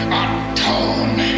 atone